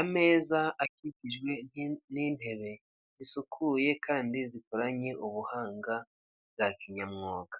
ameza akikijwe n'intebe zisukuye kandi zikoranye ubuhanga bwa kinyamwuga.